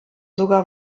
sogar